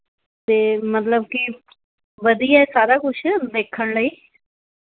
ਅਤੇ ਮਤਲਬ ਕੀ ਵਧੀਆ ਹੈ ਸਾਰਾ ਕੁਝ ਵੇਖਣ ਲਈ